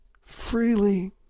Freely